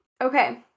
Okay